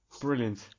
Brilliant